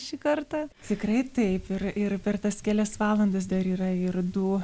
šį kartą tikrai taip ir ir per tas kelias valandas dar yra ir du